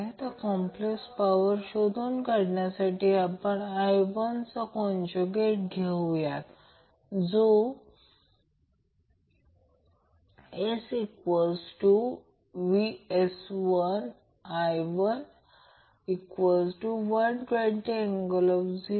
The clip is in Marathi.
आणि येथे √ ठेवा म्हणजे 2 12 कारण ते ω V हे एक आहे म्हणून 1R नंतर डेरीवेटिव घ्या